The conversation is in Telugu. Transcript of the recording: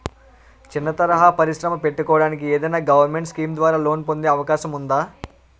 చిన్న తరహా పరిశ్రమ పెట్టుకోటానికి ఏదైనా గవర్నమెంట్ స్కీం ద్వారా లోన్ పొందే అవకాశం ఉందా?